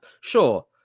Sure